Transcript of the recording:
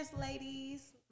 ladies